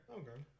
okay